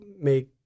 make